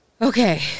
Okay